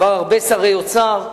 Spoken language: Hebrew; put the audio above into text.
עבר הרבה שרי אוצר,